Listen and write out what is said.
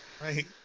right